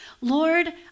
Lord